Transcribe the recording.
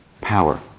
power